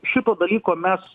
šito dalyko mes